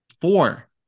Four